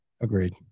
Agreed